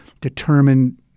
determine